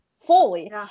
fully